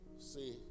See